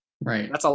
Right